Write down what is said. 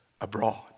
abroad